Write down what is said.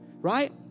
Right